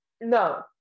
no